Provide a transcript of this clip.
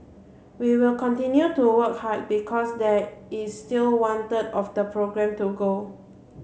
we will continue to work hard because there is still one third of the programme to go